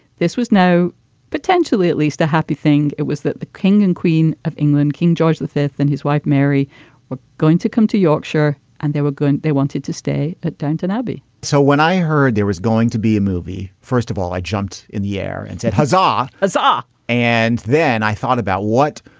this was no potentially at least a happy thing. it was that the king and queen of england king george the fifth and his wife mary were going to come to yorkshire and they were going they wanted to stay at downton abbey so when i heard there was going to be a movie first of all i jumped in the air and said hasan. azhar. and then i thought about what.